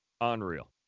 Unreal